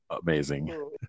amazing